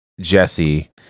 Jesse